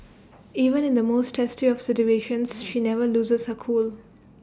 even in the most testy of situations she never loses her cool